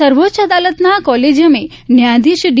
પટેલ સર્વોચ્ચ અદાલતના કોલેજીયમે ન્યાયાધીશ ડી